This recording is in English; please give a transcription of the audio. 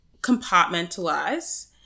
compartmentalize